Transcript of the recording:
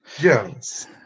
Yes